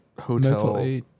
hotel